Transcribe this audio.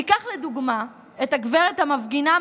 ניקח לדוגמה את הגברת המפגינה,